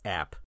app